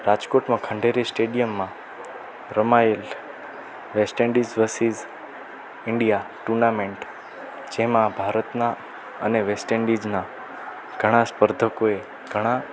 રાજકોટમાં ખંડેરી સ્ટેડિયમમાં રમાયેલ West Indies versus India tournament જેમાં ભારતના અને વેસ્ટ ઇંડીઝના ઘણા સ્પર્ધકોએ ઘણા